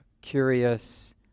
curious